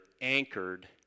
anchored